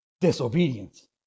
Disobedience